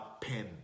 pen